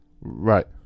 Right